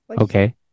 Okay